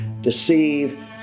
deceive